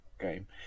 game